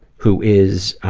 who is